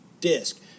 disc